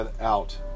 out